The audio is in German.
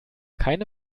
keine